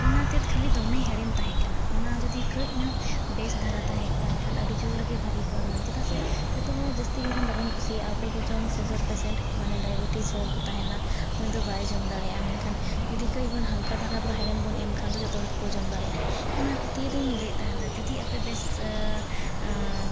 ᱚᱱᱟ ᱛᱮᱫ ᱠᱷᱟᱹᱞᱤ ᱫᱚᱢᱮ ᱦᱮᱬᱮᱢ ᱛᱟᱦᱮᱸ ᱠᱟᱱᱟ ᱚᱱᱟ ᱡᱩᱫᱤ ᱠᱟᱹᱡ ᱧᱚᱜ ᱵᱮᱥ ᱫᱷᱟᱨᱟ ᱛᱟᱦᱮᱸ ᱠᱚᱜᱼᱟ ᱮᱱᱠᱷᱟᱱ ᱟᱹᱰᱤ ᱡᱳᱨᱜᱮ ᱵᱷᱟᱹᱜᱤ ᱠᱚᱜᱼᱟ ᱦᱩᱱᱟᱹᱜ ᱪᱮᱫᱟᱜ ᱥᱮ ᱡᱚᱛᱚ ᱦᱚᱲ ᱦᱚᱸ ᱡᱟᱹᱥᱛᱤ ᱦᱮᱬᱮᱢ ᱵᱟᱵᱚᱱ ᱠᱩᱥᱤᱭᱟᱜᱼᱟ ᱚᱠᱚᱭ ᱠᱚᱪᱚᱝ ᱥᱩᱜᱟᱨ ᱯᱮᱥᱮᱱᱴ ᱢᱟᱱᱮ ᱰᱟᱭᱵᱤᱴᱤᱡ ᱦᱚᱲ ᱠᱚ ᱛᱟᱦᱮᱱᱟ ᱩᱱᱤ ᱫᱚ ᱵᱟᱭ ᱡᱚᱢ ᱫᱟᱲᱮᱭᱟᱜᱼᱟ ᱢᱮᱱᱠᱷᱟᱱ ᱡᱩᱫᱤ ᱠᱟᱹᱡ ᱵᱚᱱ ᱦᱟᱞᱠᱟ ᱫᱷᱟᱨᱟ ᱵᱚᱱ ᱦᱮᱬᱮᱢ ᱵᱚᱱ ᱮᱢ ᱠᱷᱟᱱ ᱫᱚ ᱡᱚᱛᱚ ᱦᱚᱲ ᱜᱮᱠᱚ ᱡᱚᱢ ᱫᱟᱲᱮᱭᱟᱜᱼᱟ ᱚᱱᱟ ᱠᱷᱟᱹᱛᱤᱨᱧ ᱞᱟᱹᱭᱮᱫ ᱛᱟᱦᱮᱸᱫ ᱫᱚ ᱡᱩᱫᱤ ᱟᱯᱮ ᱵᱮᱥ